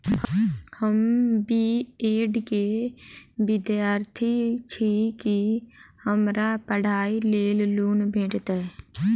हम B Ed केँ विद्यार्थी छी, की हमरा पढ़ाई लेल लोन भेटतय?